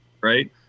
Right